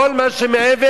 כל מה שמעבר,